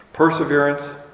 Perseverance